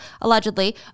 allegedly